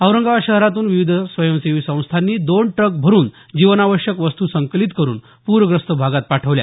औरंगाबाद शहरातून विविध स्वयंसेवी संस्थांनी दोन ट्रक भरून जीवनावश्यक वस्तू संकलित करून पूरग्रस्त भागात पाठवल्या